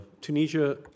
Tunisia